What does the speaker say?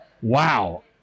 wow